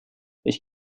ich